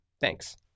Thanks